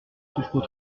souffres